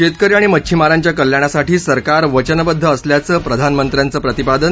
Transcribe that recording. शेतकरी आणि मच्छीमारांच्या कल्याणासाठी सरकार वचनबद्ध असल्याचं प्रधानमंत्र्यांचं प्रतिपादन